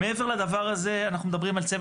מעבר לדבר הזה אנחנו מדברים על צוות